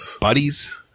buddies